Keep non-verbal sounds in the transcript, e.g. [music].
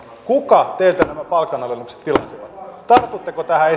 kuka teiltä nämä palkanalennukset tilasi tartutteko tähän [unintelligible]